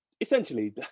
Essentially